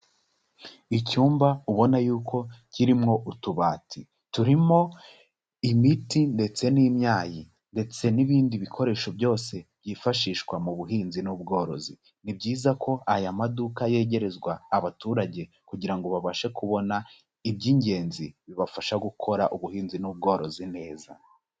Icyumba ubona yuko kirimo utubati turimo imiti ndetse n'imyayi ndetse n'ibindi bikoresho byose byifashishwa mu buhinzi n'ubworozi, ni byiza ko aya maduka yegerezwa abaturage kugira ngo babashe kubona iby'ingenzi bibafasha gukora ubuhinzi n'ubworozi neza.